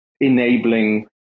enabling